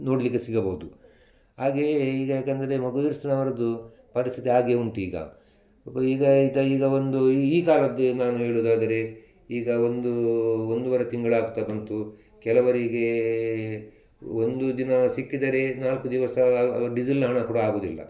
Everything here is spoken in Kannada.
ನೋಡಲಿಕ್ಕೆ ಸಿಗಬಹುದು ಹಾಗೆಯೇ ಈಗ ಯಾಕೆಂದರೆ ಮೊಗವೀರ್ಸ್ ನವರದ್ದು ಪರಿಸ್ಥಿತಿ ಹಾಗೆಯೇ ಉಂಟು ಈಗ ಪಾಪ ಈಗ ಆಯಿತಾ ಈಗ ಒಂದು ಈ ಈ ಕಾಲದ್ದೇ ನಾನು ಹೇಳುವುದಾದರೆ ಈಗ ಒಂದು ಒಂದುವರೆ ತಿಂಗಳಾಗ್ತಾ ಬಂತು ಕೆಲವರಿಗೆ ಒಂದು ದಿನ ಸಿಕ್ಕಿದರೆ ನಾಲ್ಕು ದಿವಸ ಡಿಸಲ್ನ ಹಣ ಕೂಡ ಆಗುವುದಿಲ್ಲ